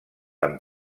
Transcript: amb